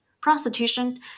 prostitution